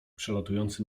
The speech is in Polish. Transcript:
przelatujący